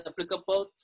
applicable